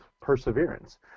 perseverance